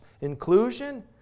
Inclusion